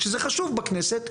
שזה חשוב בכנסת,